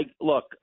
Look